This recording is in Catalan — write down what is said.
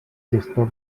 gestor